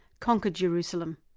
conquered jerusalem.